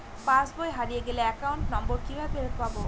পাসবই হারিয়ে গেলে account number কিভাবে ফেরত পাব?